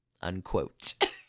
Unquote